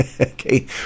okay